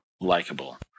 likable